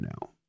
now